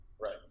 Right